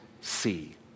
see